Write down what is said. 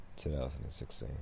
2016